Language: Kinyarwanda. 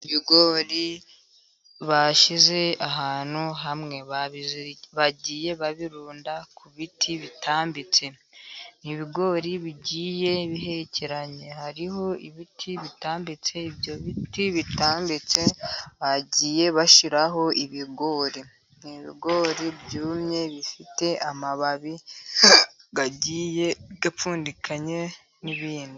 Ibigori bashyize ahantu hamwe bagiye babirunda ku biti bitambitse, ni ibigori bigiye bihekeranye hariho ibiti bitambitse, ibyo biti bitambitse bagiye bashyiraho ibigori ni ibigori byumye bifite amababi agiye apfundikanye n'ibindi.